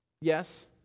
Yes